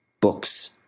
Books